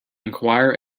enquire